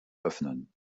öffnen